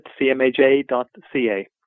cmaj.ca